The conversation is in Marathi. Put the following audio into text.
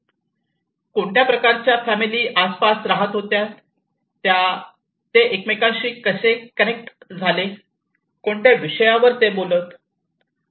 येथे कोणत्या प्रकारच्या फॅमिली आसपास रहायचे ते एकमेकाशी कसे कनेक्ट झाले कोणत्या विषयावर ते बोलत होते